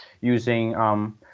using